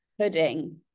pudding